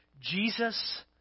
Jesus